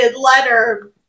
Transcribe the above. letter